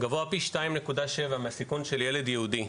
גבוה פי 2.7 מהסיכון של ילד יהודי,